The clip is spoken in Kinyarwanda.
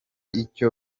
icyo